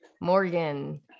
Morgan